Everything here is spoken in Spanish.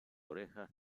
orejas